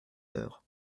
heures